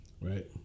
Right